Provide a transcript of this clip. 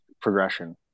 progression